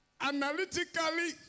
Analytically